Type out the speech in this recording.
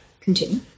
Continue